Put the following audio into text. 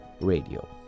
Radio